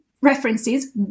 references